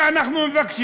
וכשאנחנו מדברים